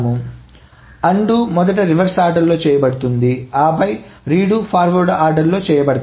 కాబట్టి అన్డుస్ మొదట రివర్స్ ఆర్డర్లో చేయబడతాయి ఆపై రీడోస్ ఫార్వర్డ్ ఆర్డర్లో చేయబడతాయి